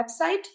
website